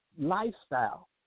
lifestyle